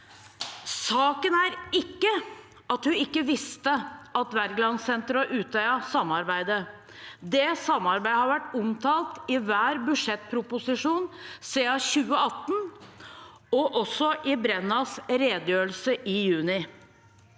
Saken er ikke at hun ikke visste at Wergelandsenteret og Utøya samarbeider. Det samarbeidet har vært omtalt i hver budsjettproposisjon siden 2018, og også i Brennas redegjørelse i juni.